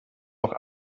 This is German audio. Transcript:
noch